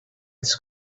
its